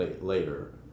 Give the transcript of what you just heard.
later